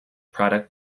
product